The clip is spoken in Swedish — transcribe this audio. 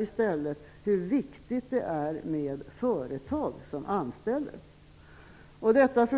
i stället hur viktigt det är med företag som anställer. Fru talman!